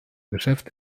geschäft